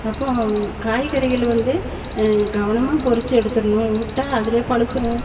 அப்போ காய்கறிகள் வந்து கவனமாக பறிச்சி எடுத்துடணும் விட்டா அதிலே பழுத்துடும்